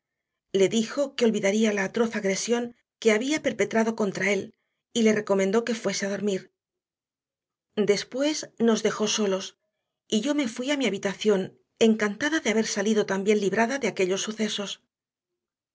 le dijo que olvidaría la atroz agresión que había perpetrado contra él y le recomendó que fuese a dormir después nos dejó solos y yo me fui a mi habitación encantada de haber salido tan bien librada de aquellos sucesos